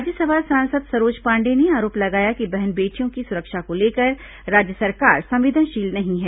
राज्यसभा सांसद सरोज पांडेय ने आरोप लगाया कि बहन बेटियों की सुरक्षा को लेकर राज्य सरकार संवेदनशील नहीं है